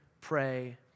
pray